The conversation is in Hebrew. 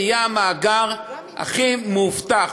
זה יהיה המאגר הכי מאובטח,